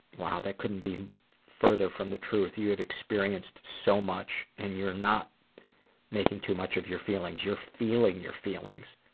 wow, that couldn't be further from the truth. you've experienced so much, and you're not making too much of your feelings. you're feeling your feelings,